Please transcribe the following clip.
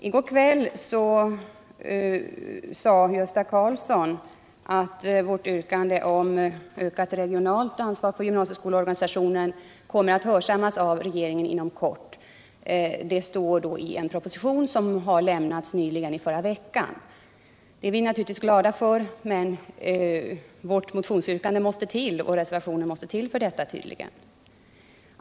I går kväll sade Gösta Karlsson att vårt yrkande om ökat regionalt ansvar inom gymnasieskoleorganisationen kommer att hörsammas av regeringen inom kort, ienlighet med vad som framhålls i en proposition som avlämnades för någon vecka sedan. Det är vi naturligtvis glada för, men vår reservation och vårt reservationsyrkande måste tydligen till för att åstadkomma detta.